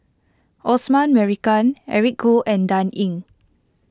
Osman Merican Eric Khoo and Dan Ying